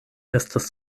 estas